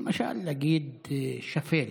למשל להגיד "שפל".